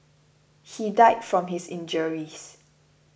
he died from his injuries